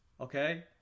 okay